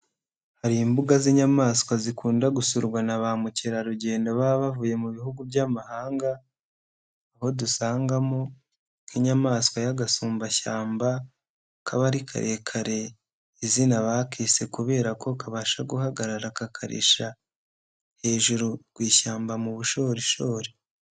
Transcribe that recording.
Hari imbuga z'inyamaswa zikunda gusurwa na ba mukerarugendo baba bavuye mu bihugu by'amahanga, aho dusangamo nk'inyamaswa y'agasumbashyamba kabari karekare, izina bakise kubera ko kabasha guhagarara kakarisha hejuru kushyamba mu bushorishori.